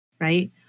right